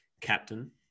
captain